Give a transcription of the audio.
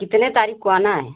कितने तारीख़ को आना है